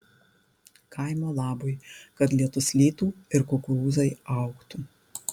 kaimo labui kad lietus lytų ir kukurūzai augtų